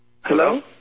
Hello